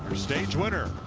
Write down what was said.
stage i